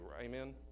Amen